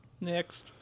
Next